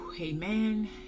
amen